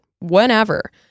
whenever